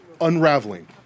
unraveling